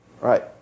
Right